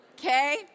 Okay